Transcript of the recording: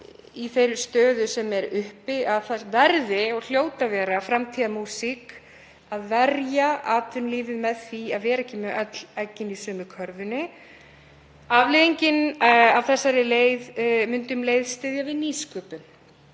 í þeirri stöðu sem er uppi að það verði og hljóti að vera framtíðarmúsík að verja atvinnulífið með því að vera ekki með öll eggin í sömu körfunni. Afleiðingin af þessari leið myndi um leið styðja við nýsköpun.